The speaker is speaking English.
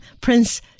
Prince